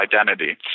identity